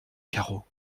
carreau